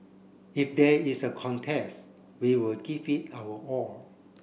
if there is a contest we will give it our all